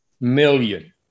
million